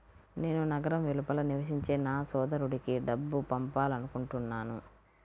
నేను నగరం వెలుపల నివసించే నా సోదరుడికి డబ్బు పంపాలనుకుంటున్నాను